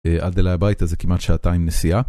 עד אליי הביתה זה כמעט שעתיים נסיעה